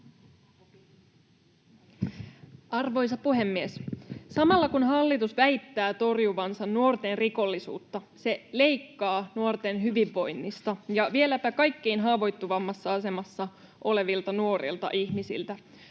Arvoisa puhemies! Samalla kun hallitus väittää torjuvansa nuorten rikollisuutta, se leikkaa nuorten hyvinvoinnista ja vieläpä kaikkein haavoittuvimmassa asemassa olevilta nuorilta ihmisiltä,